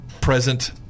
present